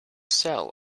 sell